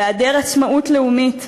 של היעדר עצמאות לאומית,